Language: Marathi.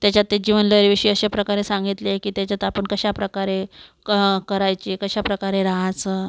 त्याच्यात ते जीवनलहरी विषयी अशाप्रकारे सांगितले आहे की त्याच्यात आपण कशा प्रकारे कं करायचे कशा प्रकारे राहायचं